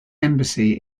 embassy